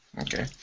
Okay